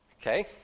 Okay